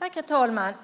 Herr talman!